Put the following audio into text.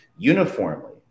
uniformly